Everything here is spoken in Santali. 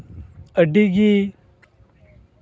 ᱟᱹᱰᱤᱜᱮ